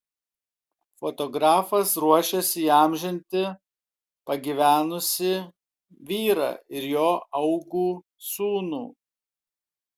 fotografas ruošiasi įamžinti pagyvenusį vyrą ir jo augų sūnų